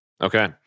Okay